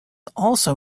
also